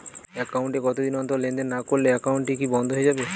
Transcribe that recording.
Account এ কতদিন অন্তর লেনদেন না করলে একাউন্টটি কি বন্ধ হয়ে যাবে?